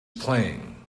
playing